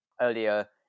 earlier